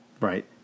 Right